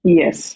yes